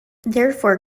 therefore